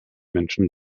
menschen